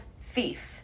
fief